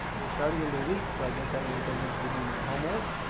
we're starting a new week so i guess that means i need to give you more homework,